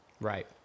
Right